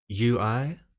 UI